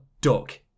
duck